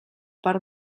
per